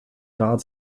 rad